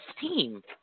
team